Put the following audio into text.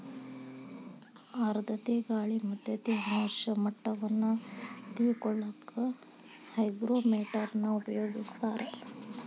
ಆರ್ಧ್ರತೆ ಗಾಳಿ ಮತ್ತ ತೇವಾಂಶ ಮಟ್ಟವನ್ನ ತಿಳಿಕೊಳ್ಳಕ್ಕ ಹೈಗ್ರೋಮೇಟರ್ ನ ಉಪಯೋಗಿಸ್ತಾರ